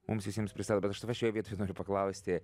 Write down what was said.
mums visiems pristato bet aš toje pačioje vietoje noriu paklausti